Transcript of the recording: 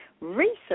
Research